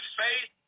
faith